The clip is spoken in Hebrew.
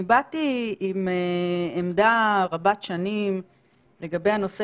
אני באתי עם עמדה רבת שנים לגבי הנושא